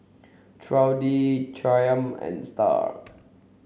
Trudy Chaim and Star